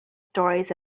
stories